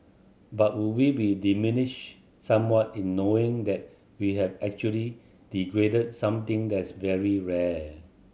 but would we be diminished somewhat in knowing that we have actually degraded something that's very rare